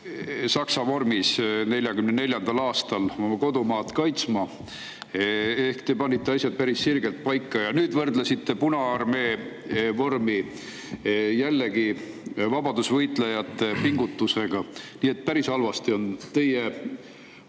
Saksa vormis 1944. aastal oma kodumaad kaitsma. Ehk te panite asjad päris sirgelt paika. Nüüd te võrdlesite Punaarmee vormi jällegi vabadusvõitlejate pingutusega. Nii et päris halvasti on teie